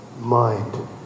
mind